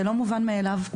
זה לא מובן מאליו,